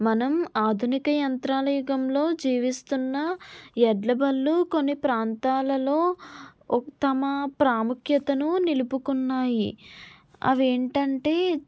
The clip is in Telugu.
మనం ఆధునిక యంత్రాల యుగంలో జీవిస్తున్న ఎడ్లబళ్లు కొన్ని ప్రాంతాలలో తమ ప్రాముఖ్యతను నిలుపుకున్నాయి అవి ఏంటంటే